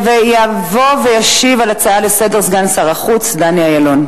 יבוא וישיב על ההצעות לסדר-היום סגן שר החוץ דני אילון.